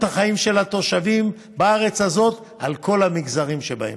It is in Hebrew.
החיים של התושבים בארץ הזאת על כל המגזרים שבה: